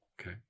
Okay